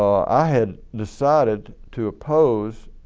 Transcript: i had decided to oppose